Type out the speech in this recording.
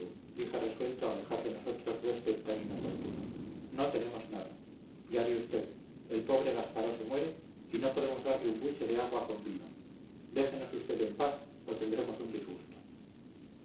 dije resuelto a alejar de nosotros huésped tan importuno no tenemos nada ya ve usted el pobre gasparó se muere y no podemos darle un buche de agua con vino déjenos usted en paz o tendremos un disgusto